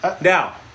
Now